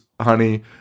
honey